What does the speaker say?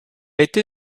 été